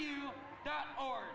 you or